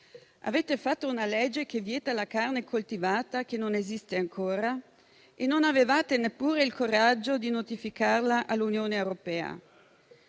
Avete fatto una legge che vieta la carne coltivata, che non esiste ancora, e non avevate neppure il coraggio di notificarla all'Unione europea.